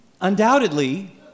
undoubtedly